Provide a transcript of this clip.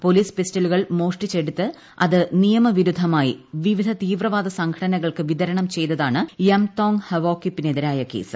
police പിസ്റ്റലുകൾ മോഷ്ടിച്ചെടുത്ത് അത് നിയമവിരുദ്ധമായി വിവിധ തീവ്രവാദ സംഘടനകൾക്ക് വിതരണം ചെയ്തതാണ് യംതോങ് ഹവോക്കിപ്പിനെതിരായ കേസ്